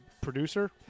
producer